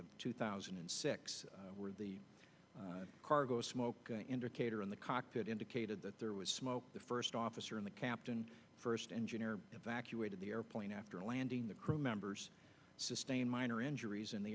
of two thousand and six where the cargo smoke indicator in the cockpit indicated that there was smoke the first officer and the captain first engineer evacuated the airplane after landing the crew members sustained minor injuries in the